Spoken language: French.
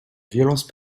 violence